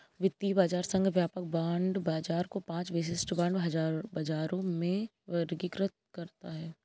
वित्तीय बाजार संघ व्यापक बांड बाजार को पांच विशिष्ट बांड बाजारों में वर्गीकृत करता है